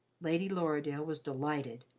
lady lorridaile was delighted.